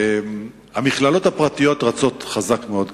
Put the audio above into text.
המכללות הפרטיות רצות חזק מאוד קדימה,